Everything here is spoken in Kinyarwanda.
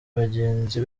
bagenzi